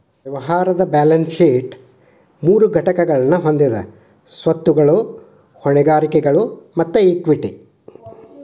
ವ್ಯವಹಾರದ್ balance sheet ಮೂರು ಘಟಕಗಳನ್ನ ಹೊಂದೆದ ಸ್ವತ್ತುಗಳು, ಹೊಣೆಗಾರಿಕೆಗಳು ಮತ್ತ ಇಕ್ವಿಟಿ